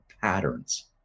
patterns